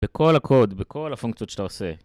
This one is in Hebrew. בכל הקוד, בכל הפונקציות שאתה עושה.